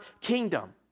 kingdom